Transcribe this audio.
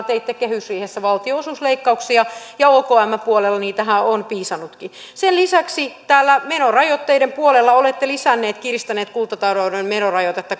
teitte kehysriihessä valtionosuusleikkauksia ja okmn puolellahan niitä on piisannutkin sen lisäksi täällä menorajoitteiden puolella olette kiristäneet kuntatalouden menorajoitetta